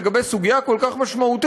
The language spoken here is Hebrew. לגבי סוגיה כל כך משמעותית,